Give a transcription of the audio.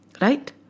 right